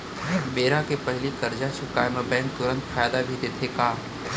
बेरा के पहिली करजा चुकोय म बैंक तुरंत फायदा भी देथे का?